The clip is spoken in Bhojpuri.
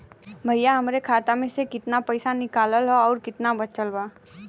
भईया हमरे खाता मे से कितना पइसा निकालल ह अउर कितना बचल बा?